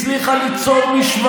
הצליחה ליצור משוואה ברורה,